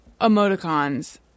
emoticons